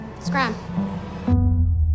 Scram